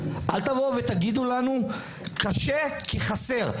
אל תבואו ותגידו לנו קשה כי חסר.